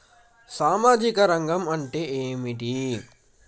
సామాజిక రంగం అంటే ఏమిటి?